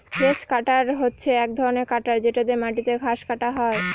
hedge cutter হচ্ছে এক ধরনের কাটার যেটা দিয়ে মাটিতে ঘাস কাটা হয়